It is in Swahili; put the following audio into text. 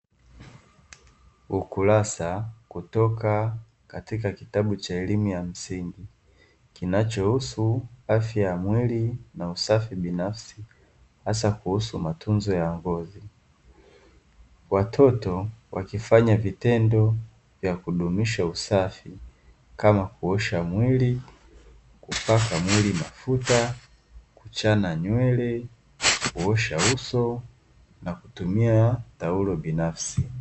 Ukurasa kutoka katika kitabu cha elimu ya msingi, kinachohusu afya ya mwili na usafi binafsi hasa kuhusu matunzo ya ngozi. Watoto wakifanya vitendo vya kudumisha usafi kama; kuosha mwili, kupaka mwili mafuta, kuchana nywele, kuosha uso na kutumia taulo binafsi.